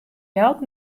jout